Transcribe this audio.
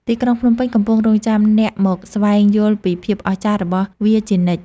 ទីក្រុងភ្នំពេញកំពុងរង់ចាំអ្នកមកស្វែងយល់ពីភាពអស្ចារ្យរបស់វាជានិច្ច។